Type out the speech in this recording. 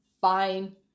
Fine